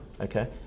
Okay